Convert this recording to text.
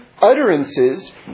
utterances